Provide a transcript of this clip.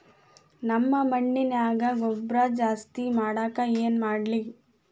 ನಮ್ಮ ಮಣ್ಣಿನ್ಯಾಗ ಗೊಬ್ರಾ ಜಾಸ್ತಿ ಮಾಡಾಕ ಏನ್ ಮಾಡ್ಲಿ?